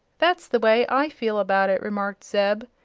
that's the way i feel about it, remarked zeb,